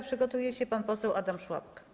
Przygotowuje się pan poseł Adam Szłapka.